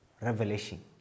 revelation